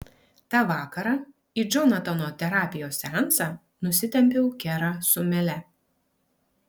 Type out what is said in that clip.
tą vakarą į džonatano terapijos seansą nusitempiau kerą su mele